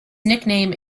nickname